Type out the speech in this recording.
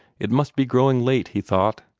it must be growing late, he thought.